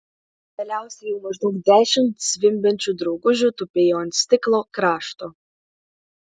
galiausiai jau maždaug dešimt zvimbiančių draugužių tupėjo ant stiklo krašto